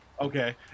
Okay